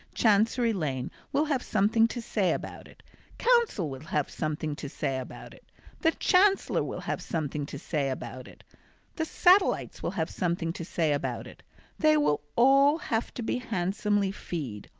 chancery lane will have something to say about it counsel will have something to say about it the chancellor will have something to say about it the satellites will have something to say about it they will all have to be handsomely feed,